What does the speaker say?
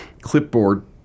Clipboard